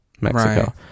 Mexico